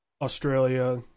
Australia